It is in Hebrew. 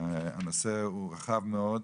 הנושא הוא רחב מאוד,